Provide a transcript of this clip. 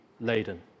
laden